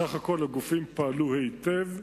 סך הכול הגופים פעלו היטב,